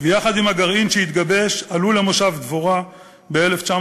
ויחד עם הגרעין שהתגבש עלו למושב דבורה ב-1956,